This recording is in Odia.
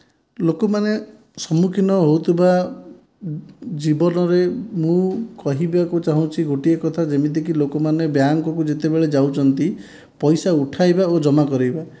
ଲୋକମାନେ ସମ୍ମୁଖୀନ ହେଉଥିବା ଜୀବନରେ ମୁଁ କହିବାକୁ ଚାହୁଁଛି ଗୋଟିଏ କଥା ଯେମିତିକି ଲୋକମାନେ ବ୍ୟାଙ୍କକୁ ଯେତେବେଳେ ଯାଉଛନ୍ତି ପଇସା ଉଠାଇବା ଓ ଜମା କରିବା